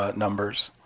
ah numbers.